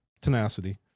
tenacity